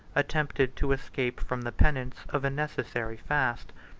attempted to escape from the penance of a necessary fast.